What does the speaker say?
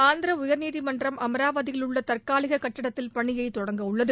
ஆந்திர உயர்நீதிமன்றம் அமராவதியில் உள்ள தற்காலிக கட்டிடத்தில் பணியை தொடங்கவுள்ளது